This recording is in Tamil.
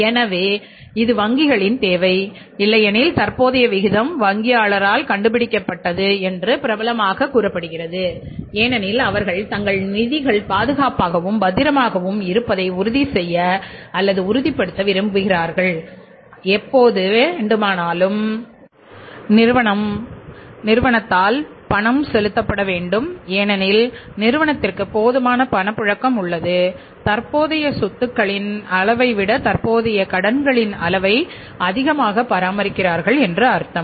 எனவே இது வங்கிகளின் தேவை இல்லையெனில் தற்போதைய விகிதம் வங்கியாளரால் கண்டுபிடிக்கப்பட்டது என்று பிரபலமாகக் கூறப்படுகிறது ஏனெனில் அவர்கள் தங்கள் நிதிகள் பாதுகாப்பாகவும் பத்திரமாகவும் இருப்பதை உறுதிப்படுத்த விரும்புகிறார்கள் எப்போது வேண்டுமானாலும் நிறுவனத்தால் பணம் செலுத்தப்பட வேண்டும் ஏனெனில் நிறுவனத்திற்கு போதுமான பணப்புழக்கம் உள்ளது தற்போதைய சொத்துக்களின் அளவை விட தற்போதைய கடன்களின் அளவை அதிகமாக பராமரிக்கிறார்கள் என்று அர்த்தம்